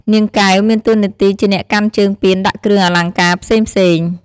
នាងកែវ មានទួនាទីជាអ្នកកាន់ជើងពានដាក់គ្រឿងអលង្កាផ្សេងៗ។